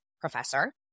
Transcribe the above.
professor